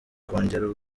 kongera